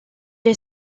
est